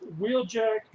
Wheeljack